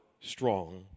strong